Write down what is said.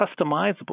customizable